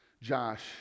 josh